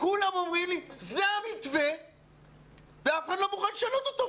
כולם אומרים לי שזה המתווה ואף אחד לא מוכן לשנות אותו.